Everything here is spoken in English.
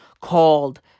called